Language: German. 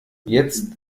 jetzt